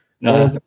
no